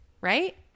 right